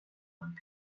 when